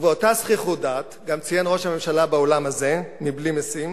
ובאותה זחיחות דעת גם ציין ראש הממשלה באולם הזה מבלי משים,